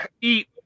eat